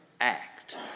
act